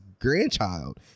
grandchild